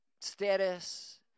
status